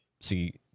see